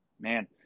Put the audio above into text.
man